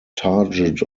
target